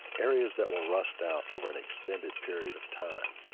areas that will rust out over an extended period of time.